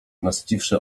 nasyciwszy